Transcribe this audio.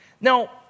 Now